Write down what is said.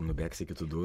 nubėgs iki tų du